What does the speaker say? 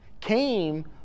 came